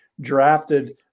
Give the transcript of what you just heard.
drafted